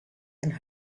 and